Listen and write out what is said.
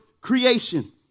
creation